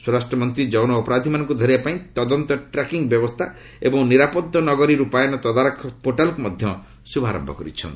ସ୍ୱରାଷ୍ଟ୍ରମନ୍ତ୍ରୀ ଯୌନ ଅପରାଧୀମାନଙ୍କୁ ଧରିବା ପାଇଁ ତଦନ୍ତ ଟ୍ରାକିଂ ବ୍ୟବସ୍ଥା ଏବଂ ନିରାପଦ ନଗରୀ ରୂପାୟନ ତଦାରଖ ପୋର୍ଟାଲକୁ ମଧ୍ୟ ଶୁଭାରମ୍ଭ କରିଛନ୍ତି